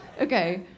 Okay